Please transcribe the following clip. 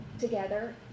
together